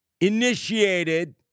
initiated